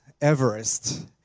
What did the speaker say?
Everest